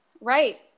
Right